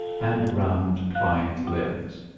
and round pliant limbs.